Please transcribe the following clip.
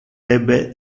debe